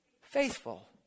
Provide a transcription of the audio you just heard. faithful